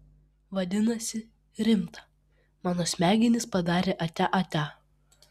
vadinasi rimta mano smegenys padarė atia atia